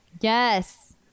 Yes